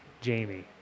Jamie